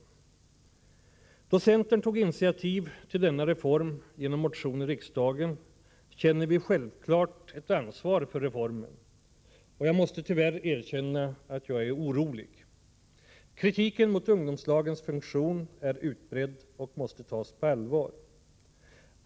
Eftersom centern tog initiativ till denna reform genom motion i riksdagen, känner vi självfallet ett ansvar för reformen. Jag måste tyvärr erkänna att jag är orolig. Kritiken mot ungdomslagens funktion är utbredd och måste tas på allvar.